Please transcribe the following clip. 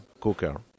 cooker